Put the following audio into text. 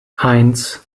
eins